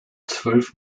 zwölf